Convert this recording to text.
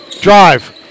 drive